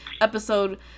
episode